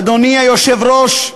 אדוני היושב-ראש,